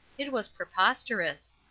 it was preposterous.